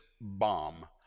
bomb